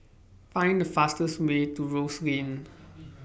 Find The fastest Way to Rose Lane